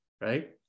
right